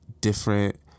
different